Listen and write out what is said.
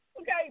Okay